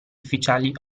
ufficiali